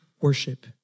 worship